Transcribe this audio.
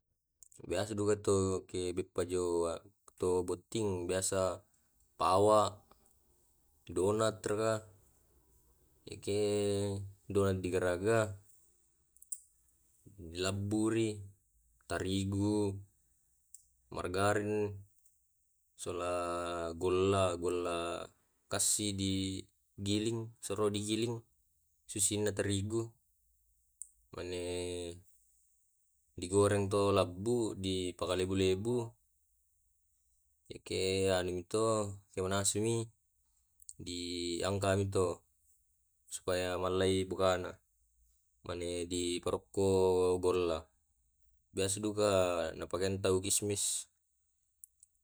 Biasa duka to ke beppa joa to botting biasa pawa, donat raka, eke donat digaraga, di labburi, tarigu, margarin, sola golla, golla kassi di giling suro digiling, susinna terigu manne digoreng to labbu di pakalebu-lebu, yakke anumi to so manasumi diangkat mi to supaya mallei bukana mane diparokko golla. Biasa duka na pakean tau kismis.